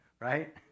right